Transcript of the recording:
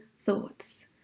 thoughts